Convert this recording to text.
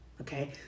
okay